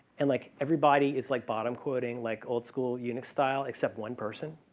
and like everybody is like bottom coding like old-school unix style except one person,